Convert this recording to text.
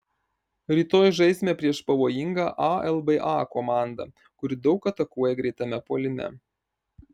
rytoj žaisime prieš pavojingą alba komandą kuri daug atakuoja greitame puolime